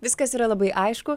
viskas yra labai aišku